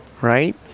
right